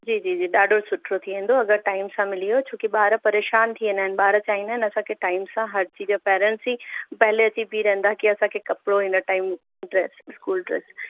जी जी जी ॾाढो सुठो थी वेंदो अगरि टाइम सां मिली वियो छो कि ॿार परेशानु थी वेंदा आहिनि ॿार चाईंदा आहिनि असांखे टाइम सां हर चीज पैरेंस ई पहिले अची बि रहंदा कि असांखे कपिड़ो हिन टाइम ड्रैस स्कूल ड्रैस